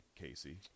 Casey